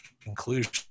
conclusion